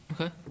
Okay